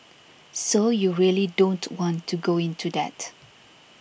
so you really don't want to go into that